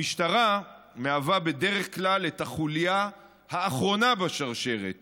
המשטרה מהווה בדרך כלל את החוליה האחרונה בשרשרת